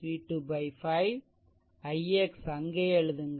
அங்கே எழுதுங்கள் ix v1 v2 5 ix அங்கே எழுதுங்கள்